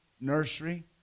nursery